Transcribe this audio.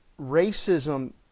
Racism